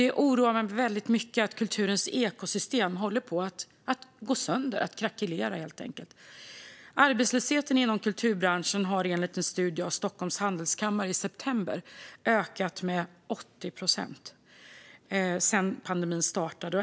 Det oroar mig mycket att kulturens ekosystem håller på att gå sönder, helt enkelt krackelera. Arbetslösheten inom kulturbranschen har enligt en studie av Stockholms handelskammare i september ökat med 80 procent sedan pandemin startade.